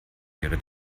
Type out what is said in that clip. wäre